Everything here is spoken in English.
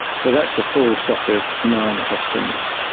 so that's the full set of nine questions.